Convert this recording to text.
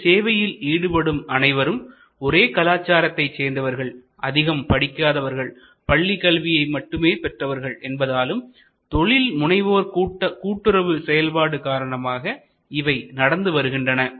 இந்த சேவையில் ஈடுபடும் அனைவரும் ஒரே கலாச்சாரத்தை சேர்ந்தவர்கள்அதிகம் படிக்காதவர்கள் பள்ளிக் கல்வியை மட்டுமே பெற்றவர்கள் என்பதாலும் தொழில்முனைவோர் கூட்டுறவு செயல்பாடு காரணமாக இவை நடந்து வருகின்றன